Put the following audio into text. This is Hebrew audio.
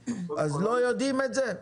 אז לא יודעים את זה?